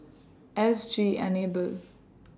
S G Enable